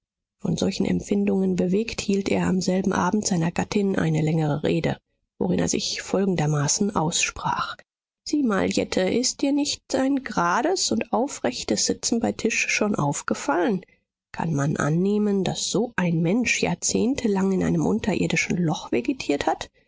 von solchen empfindungen bewegt hielt er am selben abend seiner gattin eine längere rede worin er sich folgendermaßen aussprach sieh mal jette ist dir nicht sein gerades und aufrechtes sitzen bei tisch schon aufgefallen kann man annehmen daß so ein mensch jahrzehntelang in einem unterirdischen loch vegetiert hat